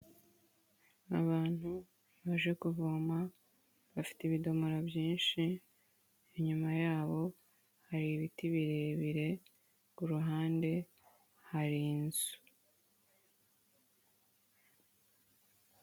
Abantu baje kuvoma, bafite ibidomora byinshi, inyuma yabo hari ibiti birebire, ku ruhande hari inzu.